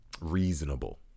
reasonable